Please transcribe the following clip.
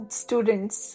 students